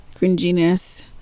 cringiness